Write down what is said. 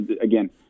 again